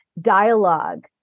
dialogue